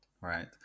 right